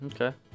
okay